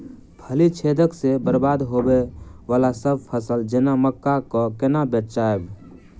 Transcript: फली छेदक सँ बरबाद होबय वलासभ फसल जेना मक्का कऽ केना बचयब?